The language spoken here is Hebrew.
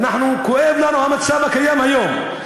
ואנחנו, כואב לנו המצב הקיים היום.